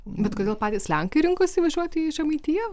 bet kodėl patys lenkai rinkosi važiuoti į žemaitiją